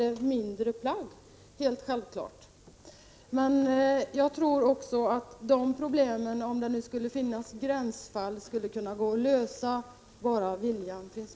a. är barnoch ungdomskläder självfallet mindre plagg. Men också om det finns gränsfall tror jag att de problemen skulle kunna lösas, bara viljan finns.